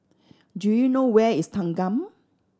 do you know where is Thanggam